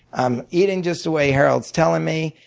i'm eating just the way harold's telling me.